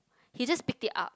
he just picked it up